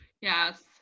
yes